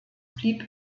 blieb